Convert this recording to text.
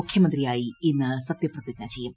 മുഖ്യമന്ത്രിയായി ഇന്ന് സത്യപ്രതിജ്ഞ ചെയ്യും